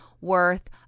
worth